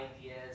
ideas